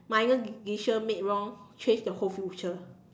minor decision made wrong change the whole future